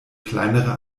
kleinere